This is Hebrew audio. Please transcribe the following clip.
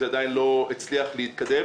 זה עדיין לא הצליח להתקדם.